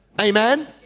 Amen